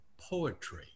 poetry